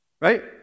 Right